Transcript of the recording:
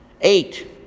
Eight